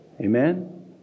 amen